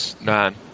Nine